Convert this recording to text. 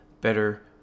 better